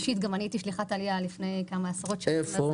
אישית גם אני הייתי שליחת עלייה לפני כמה עשרות שנים,